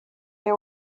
they